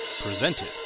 presented